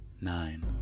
nine